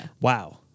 wow